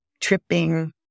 tripping